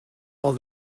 all